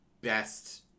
best